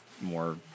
more